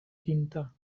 tinta